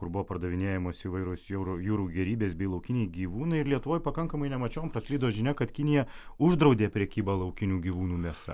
kur buvo pardavinėjamos įvairios jūrų jūrų gėrybės bei laukiniai gyvūnai ir lietuvoj pakankamai nemačiom praslido žinia kad kinija uždraudė prekybą laukinių gyvūnų mėsa